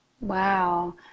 Wow